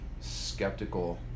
skeptical